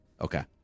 Okay